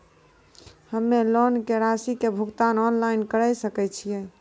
हम्मे लोन के रासि के भुगतान ऑनलाइन करे सकय छियै?